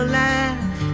laugh